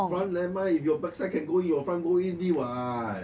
front nevermind if your backside can go in your front go in already what